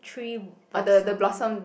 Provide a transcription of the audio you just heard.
three blossom ones ah